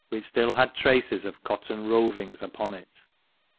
which still had traces of cotton rovings upon it.